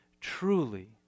truly